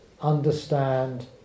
understand